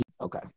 Okay